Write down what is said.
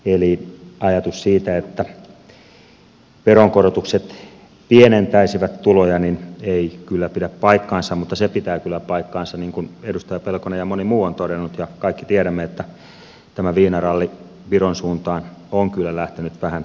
eli ajatus siitä että veronkorotukset pienentäisivät tuloja ei kyllä pidä paikkaansa mutta se pitää kyllä paikkansa niin kuin edustaja pelkonen ja moni muu ovat todenneet ja kaikki tiedämme että tämä viinaralli viron suuntaan on kyllä lähtenyt vähän käsistä